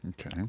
Okay